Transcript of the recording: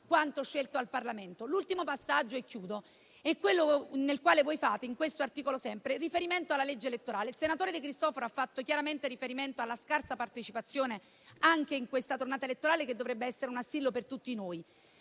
quanto scelto dal Parlamento. Un ultimo passaggio e chiudo. In questo articolo voi fate riferimento alla legge elettorale. Il senatore De Cristofaro ha fatto chiaramente riferimento alla scarsa partecipazione anche in questa tornata elettorale, che dovrebbe essere un assillo per tutti noi.